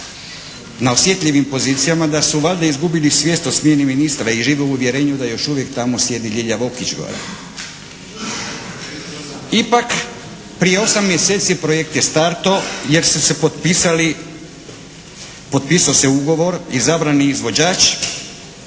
na osjetljivim pozicijama da su valjda izgubili svijest o smjeni ministara i žive u uvjerenju da još uvijek tamo sjedi LJilja Vokić … /Govornik se ne razumije./ … Ipak prije 8 mjeseci projekt je startao jer ste se potpisali, potpisao se ugovor. Izabran je izvođač